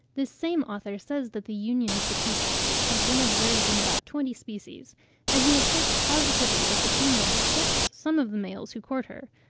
this same author says that the union of the two sexes has been observed in about twenty species and he asserts positively that the female rejects some of the males who court her,